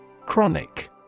Chronic